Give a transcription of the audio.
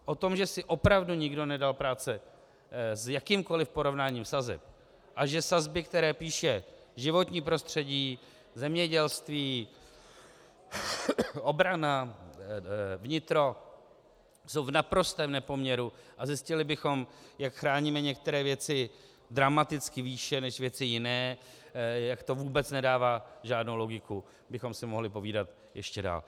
O tom, že si opravdu nikdo nedal práci s jakýmkoliv porovnáním sazeb a že sazby, které píše životní prostředí, zemědělství, obrana, vnitro, jsou v naprostém nepoměru, a zjistili bychom, jak chráníme některé věci dramaticky výše než věci jiné, jak to vůbec nedává žádnou logiku, o tom bychom si mohli povídat ještě dál.